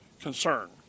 concern